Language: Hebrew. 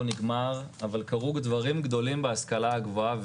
נגמר אבל קרו דברים גדולים בהשכלה הגבוהה,